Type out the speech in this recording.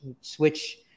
switch